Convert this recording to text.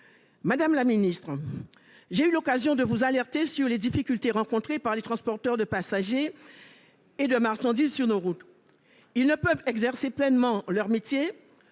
Madame la ministre, j'ai eu l'occasion de vous alerter sur les difficultés rencontrées par les transporteurs de passagers et de marchandises sur nos routes. Ils ne peuvent exercer pleinement leur métier.